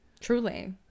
Truly